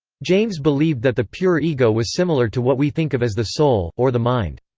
james believed that the pure ego was similar to what we think of as the soul, or the mind.